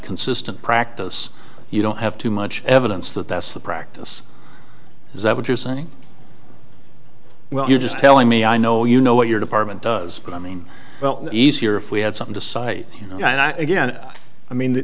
consistent practice you don't have too much evidence that that's the practice is that what you're saying well you're just telling me i know you know what your department does but i mean well easier if we had something to cite again i mean